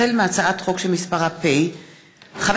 החל בהצעת חוק שמספרה פ/5191/20